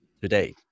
today